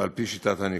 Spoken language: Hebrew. ועל פי שיטת הניקוד.